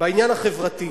בעניין החברתי.